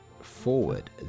forward